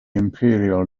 imperial